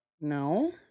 No